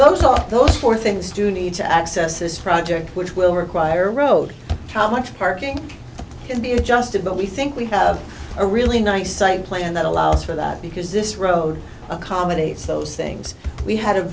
those are those four things do need to access this project which will require road how much parking can be adjusted but we think we have a really nice site plan that allows for that because this road accommodates those things we had a